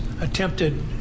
attempted